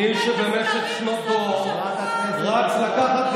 מי שבמשך שנות דור רץ לקחת,